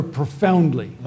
profoundly